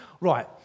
right